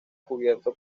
cubierto